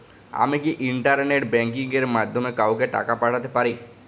আমি কি internet banking এর মাধ্যমে কাওকে টাকা পাঠাতে পারি?